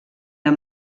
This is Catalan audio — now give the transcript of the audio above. amb